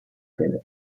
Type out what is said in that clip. fede